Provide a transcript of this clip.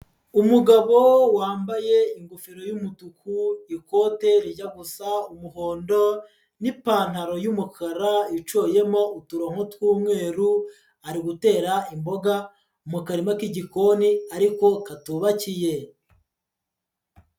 Umugabo wambaye ingofero y'umutuku, ikote rijya gusa umuhondo n'ipantaro y'umukara icoyemo uturongo tw'umweru, ari gutera imboga mu karima k'igikoni ariko katubakiye.